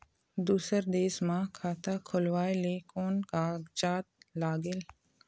दूसर देश मा खाता खोलवाए ले कोन कागजात लागेल?